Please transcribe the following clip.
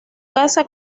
casa